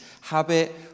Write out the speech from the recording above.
habit